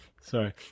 Sorry